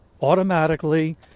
automatically